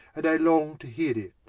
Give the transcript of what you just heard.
and i long to heare it.